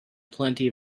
plenty